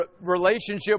relationship